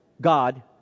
god